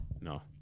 No